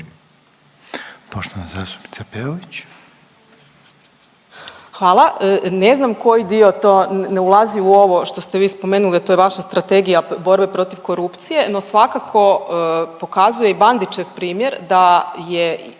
**Peović, Katarina (RF)** Hvala. Ne znam koji dio to ne ulazi u ovo što ste vi spomenuli, a to je vaša Strategija borbe protiv korupcije. No, svakako pokazuje i Bandićev primjer da je